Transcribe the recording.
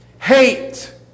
Hate